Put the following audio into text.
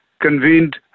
convened